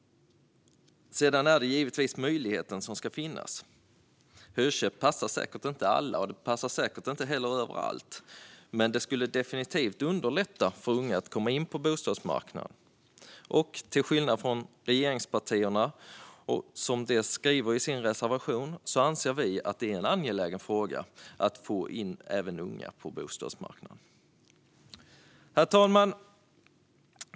Sedan är det givetvis möjligheten som ska finnas. Hyrköp passar säkert inte alla, och det passar säkert inte heller överallt. Men det skulle definitivt underlätta för unga att komma in på bostadsmarknaden. Och till skillnad från regeringspartierna och det som de skriver i sin reservation anser vi att det är en angelägen fråga att få in även unga på bostadsmarknaden. Herr talman!